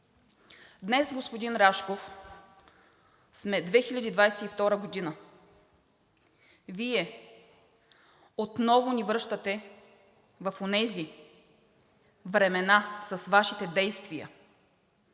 Днес, господин Рашков, сме 2022 г. Вие отново ни връщате в онези времена с Вашите действия,